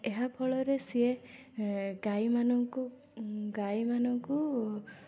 ଏହାଫଳରେ ସିଏ ଗାଈମାନଙ୍କୁ ଗାଈମାନଙ୍କୁ